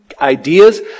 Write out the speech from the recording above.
Ideas